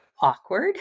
awkward